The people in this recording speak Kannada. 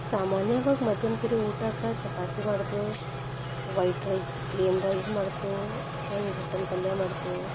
ಸಾಮಾನ್ಯವಾಗಿ ಮಧ್ಯಾಹ್ನ ಪರಿ ಊಟಕ್ಕೆ ಚಪಾತಿ ಮಾಡ್ತೇವೆ ವೈಟ್ ರೈಸ್ ಪ್ಲೇನ್ ರೈಸ್ ಮಾಡ್ತೇವೆ ಒಂದು ಗಟ್ಟನ ಪಲ್ಯ ಮಾಡ್ತೇವೆ